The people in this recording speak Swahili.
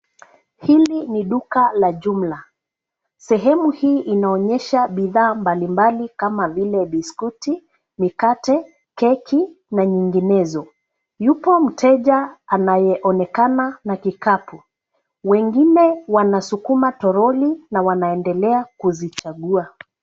Hili ni duka la jumla. Sehemu hii inaonyesha bidhaa mbalimbali kama vile biskuti, mikate, keki na nyinginezo. Yupo mteja anayeonekana na kikapu. Wengine wanasukuma toroli na wanaendelea kuzichagua.